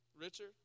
Richard